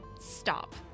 stop